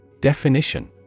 Definition